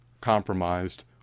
compromised